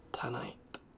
tonight